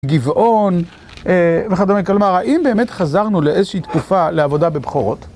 גבעון וכדומה כלומר, האם באמת חזרנו לאיזושהי תקופה לעבודה בבכורות?